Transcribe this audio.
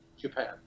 Japan